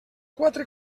quatre